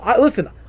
Listen